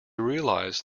realized